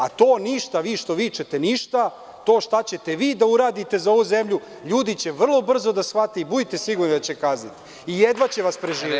A to što vičete ništa, to šta ćete vi da uradite za ovu zemlju, ljudi će vrlo brzo da shvate i budite sigurni da će kazniti i jedva će vas preživeti.